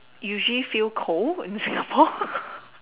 usually feel cold in Singapore